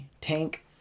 tank